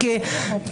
אפשר לחשוב.